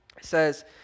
says